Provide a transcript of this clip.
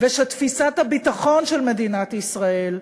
ושבתפיסת הביטחון של מדינת ישראל,